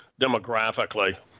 demographically